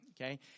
okay